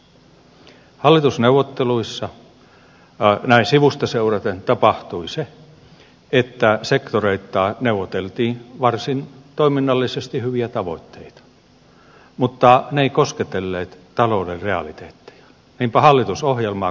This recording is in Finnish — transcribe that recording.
hallitusneuvotteluissa näin sivusta seuraten tapahtui se että sektoreittain neuvoteltiin toiminnallisesti varsin hyviä tavoitteita mutta ne eivät kosketelleet talouden realiteetteja